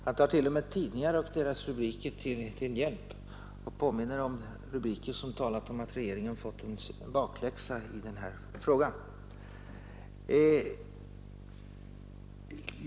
Han tar t.o.m. tidningar till hjälp och påminner om rubriker som talar om att regeringen har fått en bakläxa i den här frågan av utskottet. Det är rena fantasier.